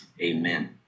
amen